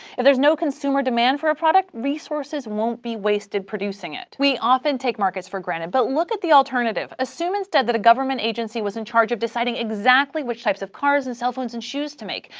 if there's no consumer demand for a product, resources won't be wasted producing it. we often take markets for granted, but look at the alternative. assume instead that a government agency was in charge of deciding exactly which types of cars and cell phones and shoes to make.